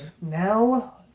now